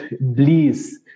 bliss